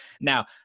Now